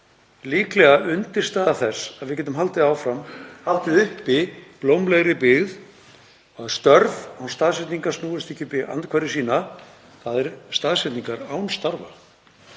líklega undirstaða þess að við getum haldið áfram haldið uppi blómlegri byggð og að störf án staðsetningar snúist ekki upp í andhverfu sína, þ.e. staðsetningar án starfa.